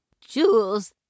jules